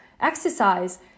exercise